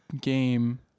game